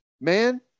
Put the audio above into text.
man